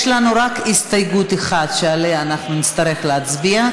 יש לנו רק הסתייגות אחת שעליה נצטרך להצביע,